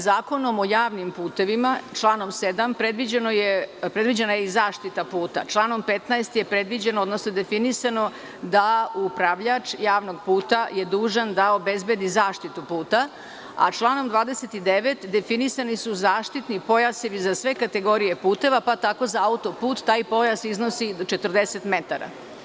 Zakonom o javnim putevima, članom 7. predviđena je i zaštita puta, članom 15. je predviđeno, odnosno definisano da upravljač javnog puta je dužan da obezbedi zaštitu puta, a članom 29. definisani su zaštitni pojasevi za sve kategorije puteva, pa tako za autoput taj pojas iznosi 40 metara.